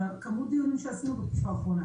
כמות הדיונים שעשינו בתקופה האחרונה